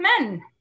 men